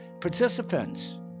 participants